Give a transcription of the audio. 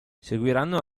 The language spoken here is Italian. seguiranno